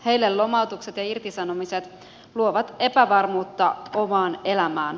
heille lomautukset ja irtisanomiset luovat epävarmuutta omaan elämään